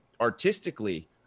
artistically